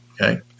Okay